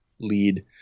lead